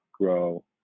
grow